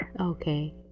Okay